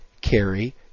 carry